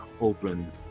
open